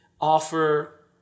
offer